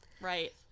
Right